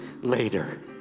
later